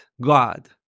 god